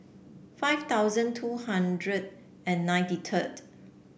five thousand two hundred and ninety third